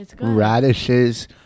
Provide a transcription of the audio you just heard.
radishes